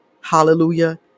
Hallelujah